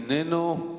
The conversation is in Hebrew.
איננו,